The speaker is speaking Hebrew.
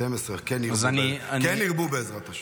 כן ירבו, בעזרת השם.